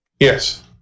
Yes